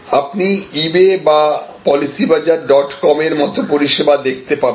আপনি ইবে বা policybazaarcom এর মত পরিষেবা দেখতে পাবেন